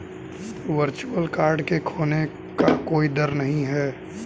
virtual card के खोने का कोई दर नहीं है